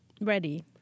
ready